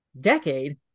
decade